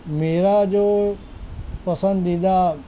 میرا جو پسندیدہ